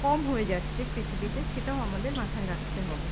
কম হয়ে যাচ্ছে পৃথিবীতে সেটাও আমাদের মাথায় রাখতে হবে